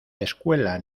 escuela